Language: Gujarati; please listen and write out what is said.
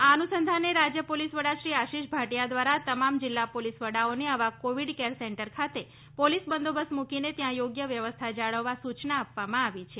આ અનુસંધાને રાજ્ય પોલીસવડા શ્રી આશીષ ભાટિયા દ્વારા તમામ જીલ્લા પોલીસ વડાશ્રીઓને આવા કોવિડ કેર સેન્ટર ખાતે પોલીસ બંદોબસ્ત મૂકીને ત્યાં યોગ્ય વ્યવસ્થા જાળવવા સૂચના આપવામાં આવી છે